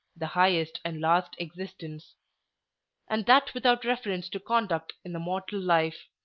the highest and last existence and that without reference to conduct in the mortal life.